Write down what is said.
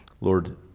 Lord